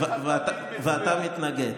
ואתה מתנגד.